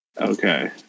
Okay